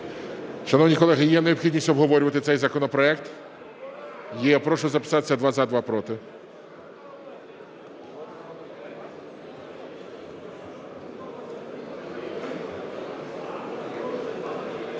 Шановні колеги, є необхідність обговорювати цей законопроект? Є. Прошу записатися: два – за, два – проти.